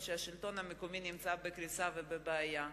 שהשלטון המקומי נמצא בקריסה ובבעיה.